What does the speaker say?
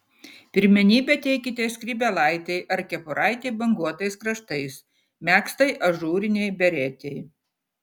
pirmenybę teikite skrybėlaitei ar kepuraitei banguotais kraštais megztai ažūrinei beretei